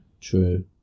True